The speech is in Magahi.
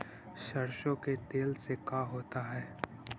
सरसों के तेल से का होता है?